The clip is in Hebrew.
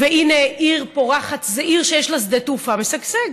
והינה, עיר פורחת זו עיר שיש לה שדה תעופה משגשג.